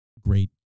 great